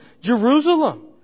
Jerusalem